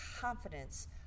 confidence